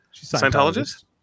Scientologist